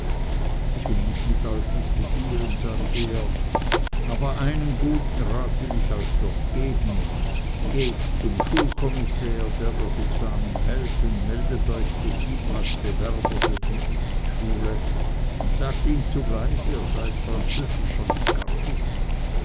ich will nicht mit euch disputieren sagte er aber einen guten rat will ich euch geben geht zum schulkommissär der das examen hält und meldet euch bei ihm als bewerber für die x schule und sagt ihm zugleich ihr seiet französischer gardist